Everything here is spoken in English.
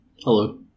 Hello